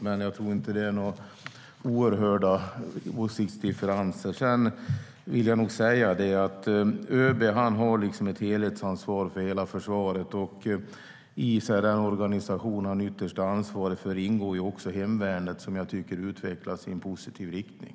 Men jag tror inte att det är fråga om några oerhörda åsiktsdifferenser. ÖB har ett helhetsansvar för hela försvaret. I den organisation som han har yttersta ansvaret för ingår också hemvärnet, som jag tycker utvecklas i en positiv riktning.